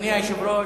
אדוני היושב-ראש,